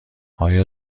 آیا